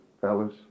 Fellas